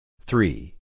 Three